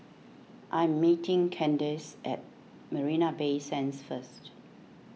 I am meeting Kandace at Marina Bay Sands first